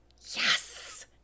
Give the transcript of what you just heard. Yes